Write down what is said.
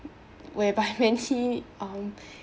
whereby many um